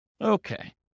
Okay